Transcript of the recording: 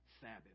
Sabbath